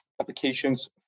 applications